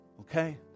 Okay